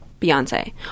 Beyonce